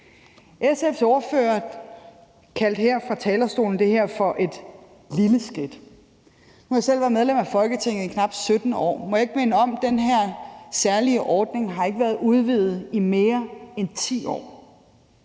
SF's ordfører kaldte her fra talerstolen det her for et lille skridt. Nu har jeg selv været medlem af Folketinget i knap 17 år, og må jeg ikke minde om, at den her særlige ordning ikke har været udvidet i mere end 10 år.